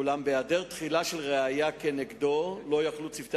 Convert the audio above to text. אולם בהעדר תחילה של ראיה כנגדו לא יכלו צוותי